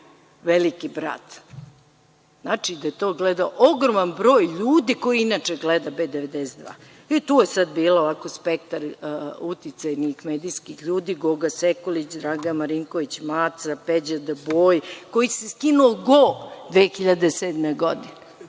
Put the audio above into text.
„Veliki brat“. Znači da je to gledao ogroman broj ljudi koji inače gleda B92. Tu je bio spektar uticajnih medijskih ljudi – Goga Sekulić, Dragan Marinković Maca, Peđa D. Boj, koji se skinuo go 2007. godine.